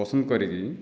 ପସନ୍ଦ କରିକି